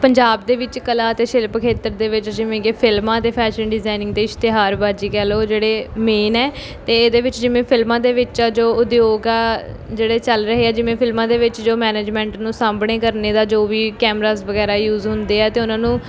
ਪੰਜਾਬ ਦੇ ਵਿੱਚ ਕਲਾ ਅਤੇ ਸ਼ਿਲਪ ਖੇਤਰ ਦੇ ਵਿੱਚ ਜਿਵੇਂ ਕਿ ਫਿਲਮਾਂ ਦੇ ਫੈਸ਼ਨ ਡਿਜ਼ਾਇਨਿੰਗ ਅਤੇ ਇਸ਼ਤਿਹਾਰਬਾਜ਼ੀ ਕਹਿ ਲਓ ਜਿਹੜੇ ਮੇਨ ਹੈ ਅਤੇ ਇਹਦੇ ਵਿੱਚ ਜਿਵੇਂ ਫਿਲਮਾਂ ਦੇ ਵਿੱਚ ਆ ਜੋ ਉਦਯੋਗ ਆ ਜਿਹੜੇ ਚੱਲ ਰਹੇ ਆ ਜਿਵੇਂ ਫਿਲਮਾਂ ਦੇ ਵਿੱਚ ਜੋ ਮੈਨੇਜਮੈਂਟ ਨੂੰ ਸਾਂਭਣੇ ਕਰਨੇ ਦਾ ਜੋ ਵੀ ਕੈਮਰਾਜ਼ ਵਗੈਰਾ ਯੂਜ਼ ਹੁੰਦੇ ਆ ਅਤੇ ਉਹਨਾਂ ਨੂੰ